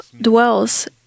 dwells